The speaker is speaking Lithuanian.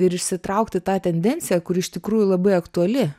ir išsitraukti tą tendenciją kuri iš tikrųjų labai aktuali